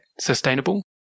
sustainable